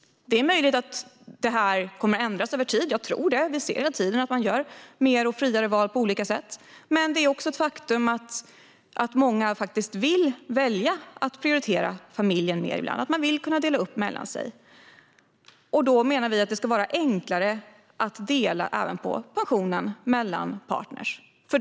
Jag tror att detta kommer att ändras, för vi ser över tid att man gör fler och friare val på olika sätt. Men det är också ett faktum att många vill prioritera familjen mer ibland och vill kunna dela upp mellan sig. Vi menar därför att det ska vara enklare att även dela på pensionen mellan partner.